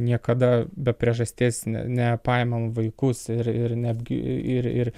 niekada be priežasties ne nepaimam vaikus ir ir netgi ir ir